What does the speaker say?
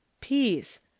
Peace